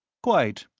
quite.